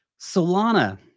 Solana